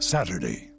Saturday